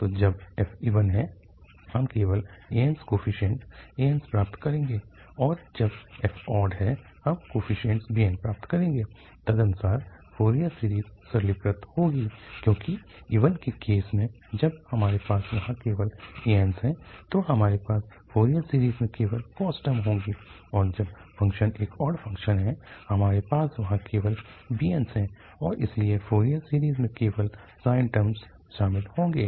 तो जब f even है हम केवल ans कोफीशिएंट ans प्राप्त करेंगे हैं और जब f ऑड है हम कोफीशिएंट्स bns प्राप्त करेंगे तदनुसार फोरियर सीरीज़ सरलीकृत होगी क्योंकि इवन के केस में जब हमारे पास वहाँ केवल ans है तो हमारे पास फोरियर सीरीज़ में केवल cos टर्म होगी और जब फ़ंक्शन एक ऑड फ़ंक्शन है हमारे पास वहाँ केवल bns है और इसलिए फोरियर सीरीज़ में केवल साइन टर्मस शामिल होंगे